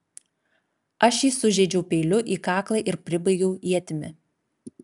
aš jį sužeidžiau peiliu į kaklą ir pribaigiau ietimi